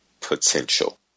potential